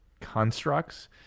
constructs